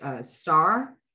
star